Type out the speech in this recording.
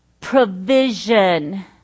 provision